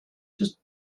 just